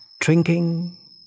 drinking